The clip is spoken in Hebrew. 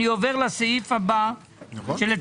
הישיבה ננעלה בשעה 10:46.